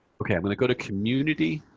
ok. i'm going to go to community.